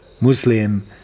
Muslim